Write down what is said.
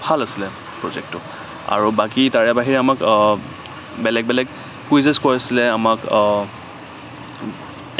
ভাল আছিলে প্ৰজেক্টটো আৰু বাকী তাৰে বাহিৰে আমাক বেলেগ বেলেগ কুইজেছ কৰিছিলে আমাক